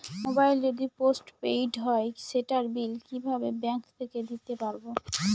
Mobile যদি post paid হয় সেটার বিল কিভাবে ব্যাংক থেকে দিতে পারব?